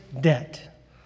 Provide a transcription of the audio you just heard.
debt